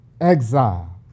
exile